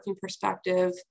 perspective